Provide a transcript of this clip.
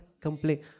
complain